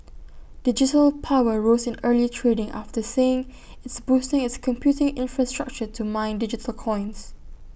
digital power rose in early trading after saying it's boosting its computing infrastructure to mine digital coins